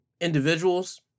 individuals